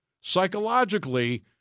psychologically